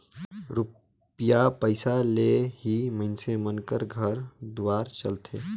रूपिया पइसा ले ही मइनसे मन कर घर दुवार चलथे